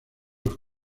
los